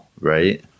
right